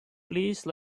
please